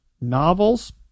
novels